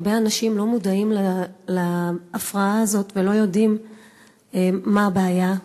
הרבה אנשים לא מודעים להפרעה הזאת ולא יודעים מה הבעיה,